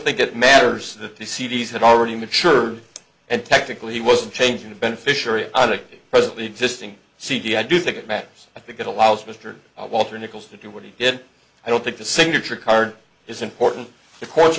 think it matters that the c d s had already mature and technically he wasn't changing the beneficiary on it presently existing cd i do think it matters i think it allows mr walter nichols to do what he did i don't think the signature card is important the court